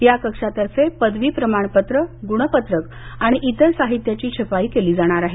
या कक्षातर्फे पदवी प्रमाणपत्रक गुणपत्रक आणि इतर साहित्याची छपाई केली जाणार आहे